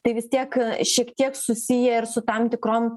tai vis tiek šiek tiek susiję ir su tam tikrom